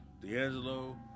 D'Angelo